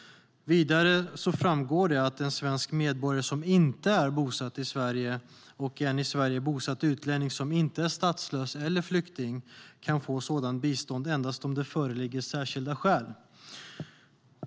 Vidare framgår det att en svensk medborgare som inte är bosatt i Sverige eller en i Sverige bosatt utlänning som inte är statslös eller flykting kan få sådant bistånd endast om det föreligger särskilda skäl.